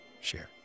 share